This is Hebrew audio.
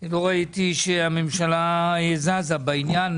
ולא ראיתי שהממשלה זזה בעניין.